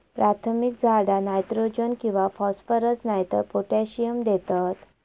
प्राथमिक झाडा नायट्रोजन किंवा फॉस्फरस नायतर पोटॅशियम देतत